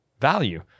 value